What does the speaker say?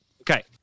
Okay